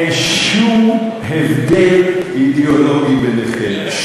אין שום הבדל אידיאולוגי ביניכם.